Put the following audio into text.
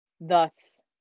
thus